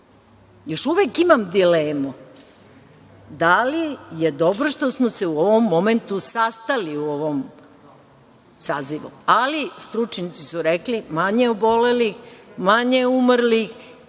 uvek imam dilemu da li je dobro što smo se u ovom momentu sastali u ovom sazivu, ali, stručnjaci su rekli da imamo manje obolelih, manje umrlih,